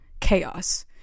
chaos